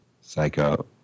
Psycho